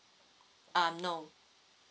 um no